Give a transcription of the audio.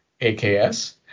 AKS